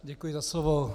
Děkuji za slovo.